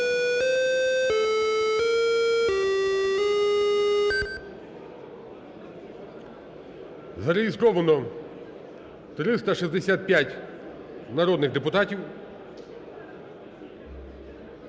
Зареєстровано 365 народних депутатів.